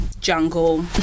jungle